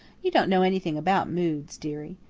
you don't know anything about moods, dearie.